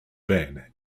ben